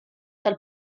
tal